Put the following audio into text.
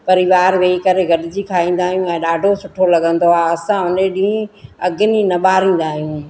परिवार वेही करे गॾिजी खाईंदा आहियूं ऐं ॾाढो सुठो लॻंदो आहे असां उन ॾींहुं अग्नि न ॿारींदा आहियूं